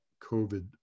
COVID